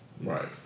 Right